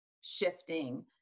shifting